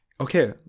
okay